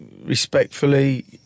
Respectfully